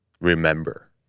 remember